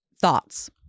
thoughts